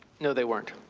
no they weren't.